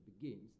begins